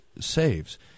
saves